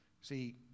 See